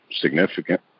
Significant